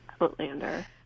Outlander